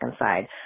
inside